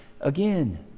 again